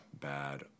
bad